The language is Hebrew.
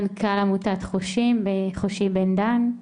מנכ"ל עמותת חושים בן דן,